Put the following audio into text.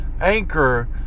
Anchor